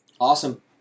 Awesome